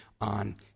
on